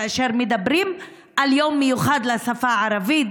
כאשר מדברים על יום מיוחד לשפה הערבית